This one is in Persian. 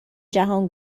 جهان